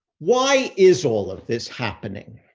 why is all of this happening?